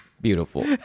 Beautiful